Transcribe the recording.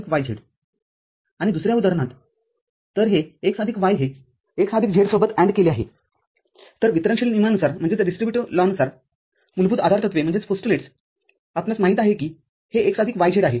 z आणि दुसर्या उदाहरणाततर हे x आदिक y हे x आदिक z सोबत ANDकेले आहेतर वितरणशील नियमानुसारमूलभूत आधारतत्वेआपणास माहित आहे की हे x आदिक yz आहे